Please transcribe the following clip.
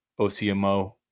OCMO